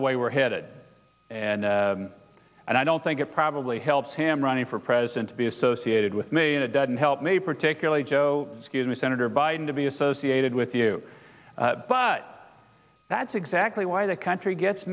the way we're headed and i don't think it probably helps him running for president to be associated with me and it doesn't help me particularly joe scuse me senator biden to be associated with you but that's exactly why the country gets